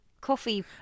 coffee